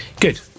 good